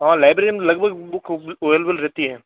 हाँ लाइब्रेरी में लगभग बुक ओब ओवलेबल रहती है